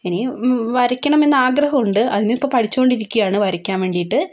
ഇനി വരയ്ക്കണമെന്ന് ആഗ്രഹം ഉണ്ട് അതിനിപ്പം പഠിച്ചുകൊണ്ട് ഇരിക്കുകയാണ് വരയ്ക്കാൻ വേണ്ടിയിട്ട്